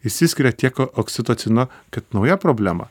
išsiskiria tiek oksitocino kad nauja problema